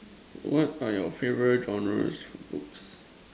what are your favourite genres of books